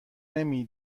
نمی